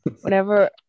whenever